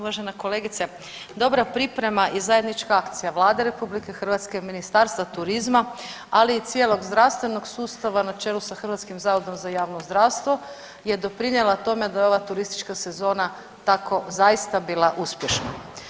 Uvažena kolegice, dobra priprema i zajednička akcija Vlade RH i Ministarstva turizma, ali i cijelog zdravstvenog sustava na čelu sa Hrvatskim zavodom za javno zdravstvo je doprinijela tome da je ova turistička sezona tako zaista bila uspješna.